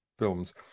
films